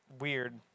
weird